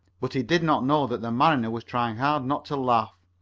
but he did not know that the mariner was trying hard not to laugh.